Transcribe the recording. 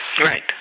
Right